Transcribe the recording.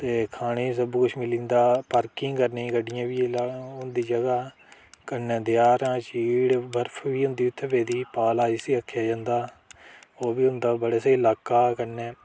ते खाने गी बी सब किश मिली जंदा पार्किंग करने गी गड्डियें गी बी होंदी जगह् कन्नै देआरां चीड़ बर्फ बी होंदी उत्थै पेदी पाला जिसी आखेआ जंदा उब्भी होंदा बड़ा स्हेई लाका कन्नै